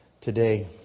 today